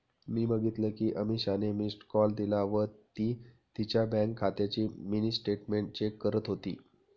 मी बघितल कि अमीषाने मिस्ड कॉल दिला व ती तिच्या बँक खात्याची मिनी स्टेटमेंट चेक करत होती